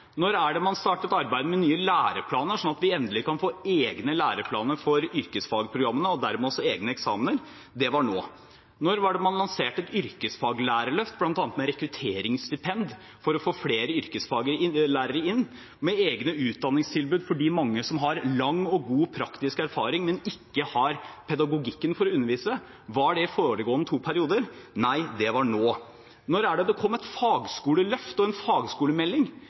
Når var det man startet arbeidet med nye læreplaner, slik at vi endelig kan få egne læreplaner for yrkesfagprogrammene, og dermed også egne eksamener? Det var nå. Når var det man lanserte et yrkesfaglærerløft, bl.a. med rekrutteringsstipend for å få flere yrkesfaglærere inn, med egne utdanningstilbud for de mange som har lang og god praktisk erfaring, men ikke har pedagogikken for å undervise? Var det i de foregående to periodene? Nei, det var nå. Når var det det kom et fagskoleløft og en fagskolemelding?